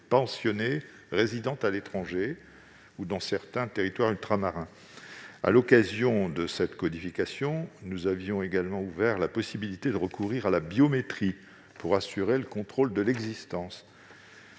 pensionnés résidant à l'étranger ou dans certains territoires ultramarins. À l'occasion de cette codification, nous avons également ouvert la possibilité de recourir à la biométrie pour assurer le contrôle de l'existence.